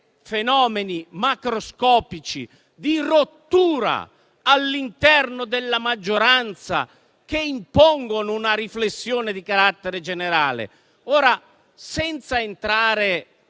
fenomeni macroscopici di rottura all'interno della maggioranza, che impongono una riflessione di carattere generale. Senza entrare